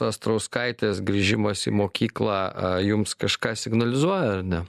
astrauskaitės grįžimas į mokyklą jums kažką signalizuoja ar ne